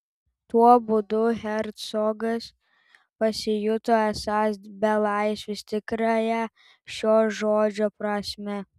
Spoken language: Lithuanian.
tuo būdu hercogas pasijuto esąs belaisvis tikrąja šio žodžio prasme